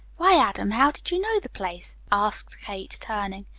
why, adam, how did you know the place? asked kate, turning.